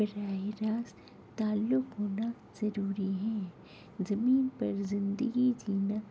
براہ راست تعلق ہونا ضروری ہے زمین پر زندگی جینا